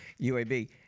UAB